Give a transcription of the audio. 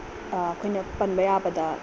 ꯑꯩꯈꯣꯏꯅ ꯄꯟꯕ ꯌꯥꯕꯗ